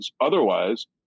Otherwise